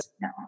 No